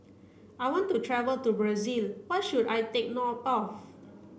I want to travel to Brazil what should I take note of